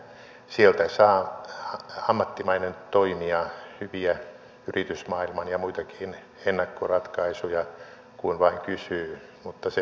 sieltä saa ammattimainen toimija hyviä yritysmaailman ja muitakin ennakkoratkaisuja kun vain kysyy mutta se tosiaan maksaa